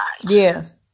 Yes